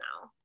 now